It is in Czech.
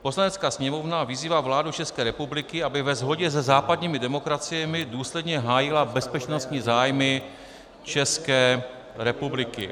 Poslanecká sněmovna vyzývá vládu České republiky, aby ve shodě se západními demokraciemi důsledně hájila bezpečnostní zájmy České republiky.